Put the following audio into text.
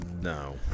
No